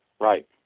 Right